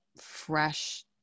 fresh